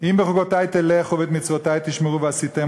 "אם בחֻקֹתי תלכו ואת מצותי תשמרו ועשיתם